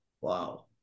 Wow